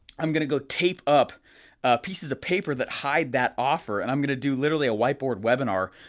i'm gonna go tape up pieces of paper that hide that offer, and i'm gonna do literally a whiteboard webinar,